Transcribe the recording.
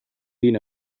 been